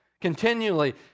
Continually